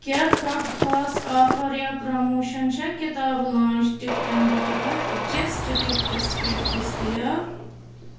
کیٛاہ کانٛہہ خاص آفَر یا پرٛموشَن چھےٚ کتاب لانٛچ ٹِکٹَن باپتھ جَسٹ ٹِکٹَس پٮ۪ٹھ دٔستِیاب